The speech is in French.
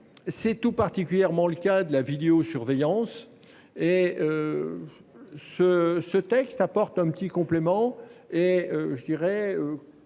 C'est tout particulièrement le cas de la vidéo surveillance et. Ce ce texte apporte un petit complément et je dirais.